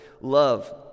love